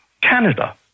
Canada